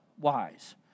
wise